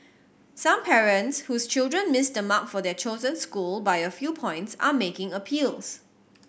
some parents whose children missed the mark for their chosen school by a few points are making appeals